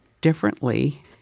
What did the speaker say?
differently